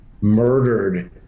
murdered